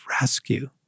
rescue